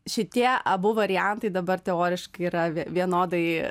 šitie abu variantai dabar teoriškai yra vienodai